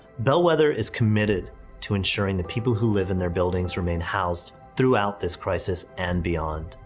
bellwether is committed to ensuring the people who live in their buildings remain housed throughout this crisis and beyond.